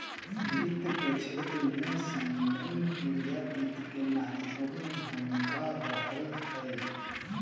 वित्त के क्षेत्र में संगणकीय वित्त के महत्वपूर्ण भूमिका रहलय हें